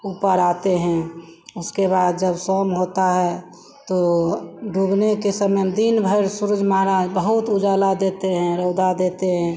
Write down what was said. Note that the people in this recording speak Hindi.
ऊपर आते हैं उसके बाद जब शाम होती है तो डूबने के समय में दिनभर सूर्य महाराज बहुत उज़ाला देते हैं रौदा देते हैं